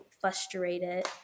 frustrated